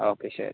okay ശരി